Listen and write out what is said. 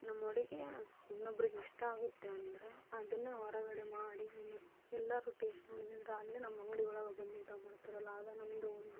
ನಮ್ಮ ಅಡುಗೆ ಇನ್ನೊಬ್ಬರಿಗಿಷ್ಟ ಆಗುತ್ತೆ ಅಂದರೆ ಅದನ್ನೇ ಹೊರಗಡೆ ಮಾಡಿ ಎಲ್ಲರೂ ಟೇಸ್ಟ್ ನೋಡಿದ್ರೆ ಅಲ್ಲೇ ನಮ್ಮ ಅಂಗಡಿ ಒಳಗೆ ಬನ್ನಿ ಊಟ ಮಾಡ್ತೀರಲ್ಲ ಅಂದಾಗ ನಮ್ಮದು ಒಂದು